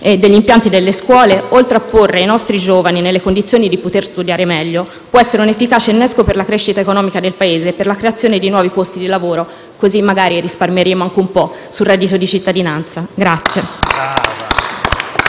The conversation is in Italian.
degli impianti delle scuole, oltre a porre i nostri giovani nelle condizioni di poter studiare meglio, può essere un efficace innesco per la crescita economica del Paese e per la creazione di nuovi posti di lavoro, così magari risparmieremo anche un po' sul reddito di cittadinanza?